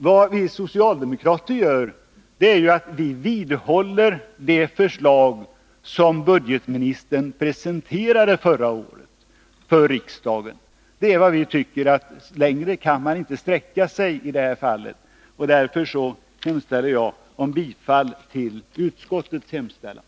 Vad vi socialdemokrater gör är att vi vidhåller det förslag som budgetministern presenterade för riksdagen förra året. Vi tycker inte att man kan sträcka sig längre i det här fallet. Därför yrkar jag bifall till utskottets hemställan.